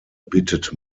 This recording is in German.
bittet